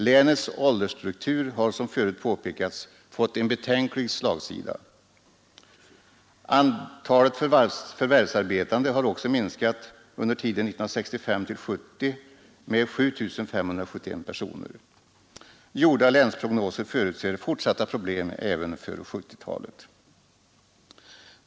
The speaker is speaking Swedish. Länets åldersstruktur har som förut påpekats fått en betänklig slagsida. Antalet förvärvsarbetande har också minskat under tiden 1965-1970 med 7 571 personer. Gjorda länsprognoser förutser fortsatta problem även för 1970-talet.